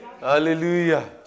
Hallelujah